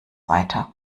weiter